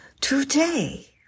today